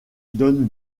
donne